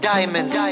Diamonds